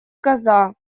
коза